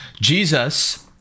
Jesus